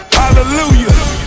hallelujah